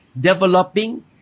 developing